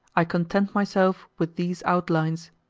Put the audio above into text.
i content myself with these outlines.